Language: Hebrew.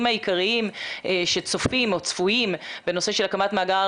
העיקריים שצופים או צפויים בנושא של הקמת מאגר,